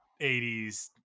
80s